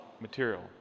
material